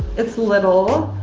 it's little.